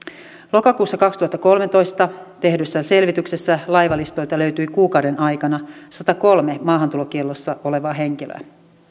lokakuussa kaksituhattakolmetoista tehdyssä selvityksessä laivalistoilta löytyi kuukauden aikana sadassakolmessa maahantulokiellossa olevaa henkilöä